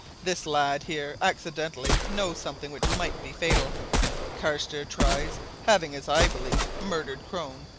this lad here accidentally knows something which might be fatal carstairs tries, having, as i believe, murdered crone,